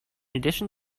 addition